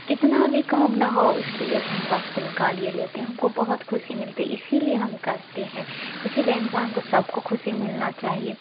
کتنا بھی کام نہ ہو اس کے لیے تو ہم وقت نکالیے لیتے ہیں ہم کو بہت خوشی ملتی اسی لیے ہم کرتے ہیں اسی لیے انسان کو سب کو خوشی ملنا چاہیے